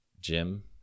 gym